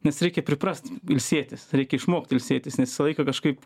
nes reikia priprast ilsėtis reikia išmokt ilsėtis nes visą laiką kažkaip